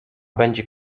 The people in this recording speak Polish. będzie